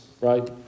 right